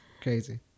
crazy